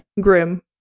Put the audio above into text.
Grim